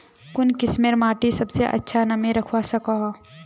कुन किस्मेर माटी सबसे ज्यादा नमी रखवा सको हो?